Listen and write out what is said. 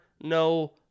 no